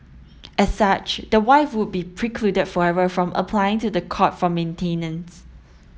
as such the wife would be precluded forever from applying to the court for maintenance